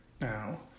now